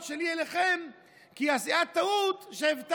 שלי אליכם היא כי אז זו הייתה טעות שהבטחתי.